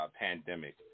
pandemic